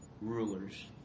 rulers